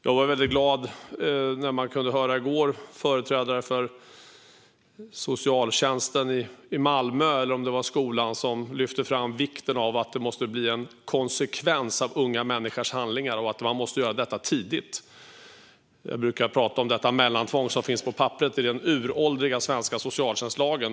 Jag blev mycket glad när jag i går hörde företrädare från socialtjänsten, eller om det var skolan, i Malmö som lyfte fram vikten av att det måste bli en konsekvens av unga människors handlingar. Och detta måste göras tidigt. Jag brukar tala om detta mellantvång som finns på papperet i den uråldriga svenska socialtjänstlagen.